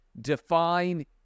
define